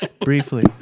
Briefly